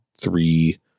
three